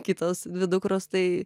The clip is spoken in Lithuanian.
kitos dvi dukros tai